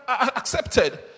accepted